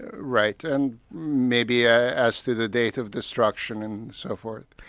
right. and maybe ah as to the date of destruction and so forth.